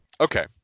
Okay